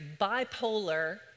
bipolar